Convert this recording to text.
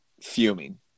fuming